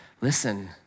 Listen